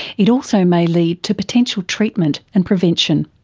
it also may lead to potential treatment and prevention.